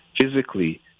physically